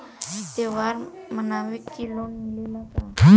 त्योहार मनावे के लोन मिलेला का?